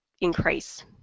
increase